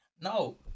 No